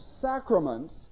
sacraments